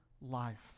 life